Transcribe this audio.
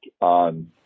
on